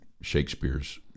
Shakespeare's